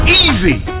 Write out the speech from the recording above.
easy